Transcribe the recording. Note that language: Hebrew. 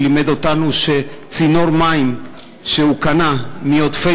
שלימד אותנו שצינור מים שהוא קנה מעודפי